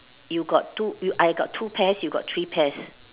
you got two I got two pairs you got three pairs